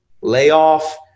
layoff